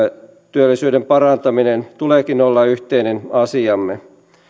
työllisyyden parantamisen tuleekin olla yhteinen asiamme